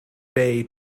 bay